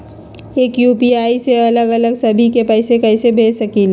एक यू.पी.आई से अलग अलग सभी के पैसा कईसे भेज सकीले?